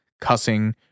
cussing